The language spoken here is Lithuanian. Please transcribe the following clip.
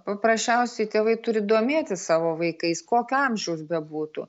paprasčiausiai tėvai turi domėtis savo vaikais kokio amžiaus bebūtų